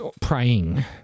praying